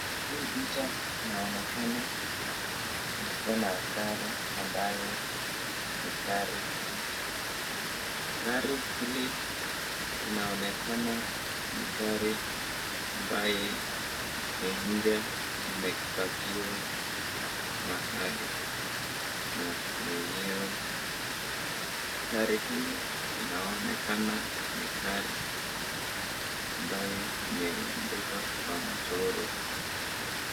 Hii picha inaonekana iko na gari ambayo ni gari mpya. Gari hili inaonekana ni gari ambaye ni mpya imepakiwa mahali na mwenyewe. Gari hili inaonekana ni gari ambaye imeandikwa kwa mchoro.